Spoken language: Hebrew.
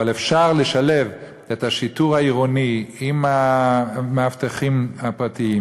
אבל אפשר לשלב את השיטור העירוני עם המאבטחים הפרטיים,